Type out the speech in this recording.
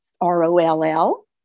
R-O-L-L